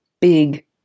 big